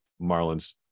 Marlins